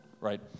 right